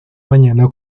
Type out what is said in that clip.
mañana